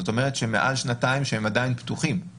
זאת אומרת שהם עדיין פתוחים מעל שנתיים.